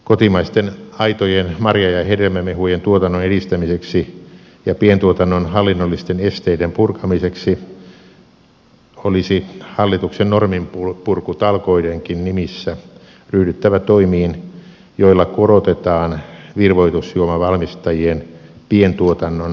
kotimaisten aitojen marja ja hedelmämehujen tuotannon edistämiseksi ja pientuotannon hallinnollisten esteiden purkamiseksi olisi hallituksen norminpurkutalkoidenkin nimissä ryhdyttävä toimiin joilla korotetaan virvoitusjuomavalmistajien pientuotannon raja arvoa